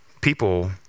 People